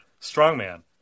strongman